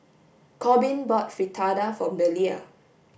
Corbin bought Fritada for Belia